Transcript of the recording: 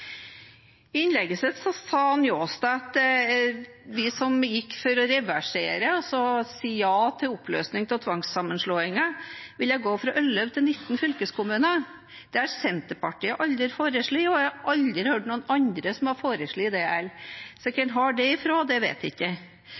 I innlegget sitt sa Njåstad at de som gikk for å reversere, altså si ja til oppløsning av tvangssammenslåinger, ville gå fra 11 til 19 fylkeskommuner. Det har Senterpartiet aldri foreslått, og jeg har aldri hørt noen andre som har foreslått det heller. Så hvor han har det fra, vet jeg ikke.